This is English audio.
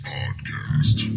Podcast